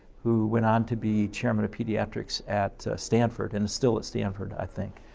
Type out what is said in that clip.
who went on to be chairman of pediatrics at stanford, and is still at stanford, i think.